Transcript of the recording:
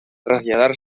traslladar